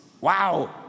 Wow